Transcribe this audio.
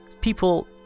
people